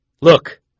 Look